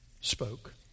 spoke